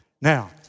Now